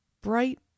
bright